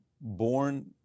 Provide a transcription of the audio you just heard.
born